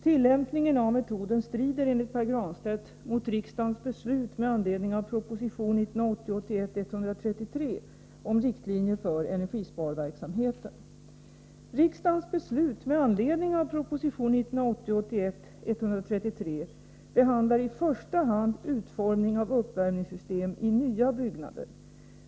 Tillämpningen av metoden strider enligt Pär Granstedt mot riksdagens beslut med anledning av proposition 1980 81:133 avser i första hand utformning av uppvärmningssystem i nya byggnader.